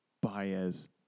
Baez